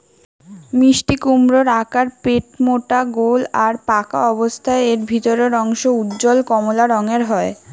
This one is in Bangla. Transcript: মিষ্টিকুমড়োর আকার পেটমোটা গোল আর পাকা অবস্থারে এর ভিতরের অংশ উজ্জ্বল কমলা রঙের হয়